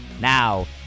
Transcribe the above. Now